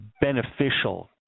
beneficial